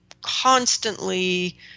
Constantly